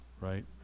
right